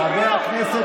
חבר הכנסת